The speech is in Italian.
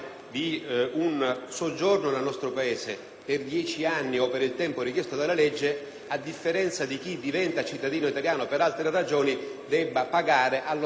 a differenza di chi diventa cittadino italiano per altre ragioni debba pagare allo Stato una sorta di tassa. Non si tratta di una cifra particolarmente consistente ed è certamente *una tantum*,